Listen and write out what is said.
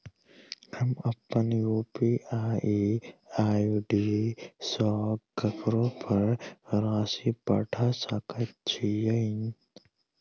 हम अप्पन UPI ID सँ ककरो पर राशि पठा सकैत छीयैन?